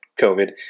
COVID